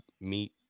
meat